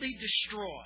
destroyed